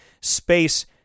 Space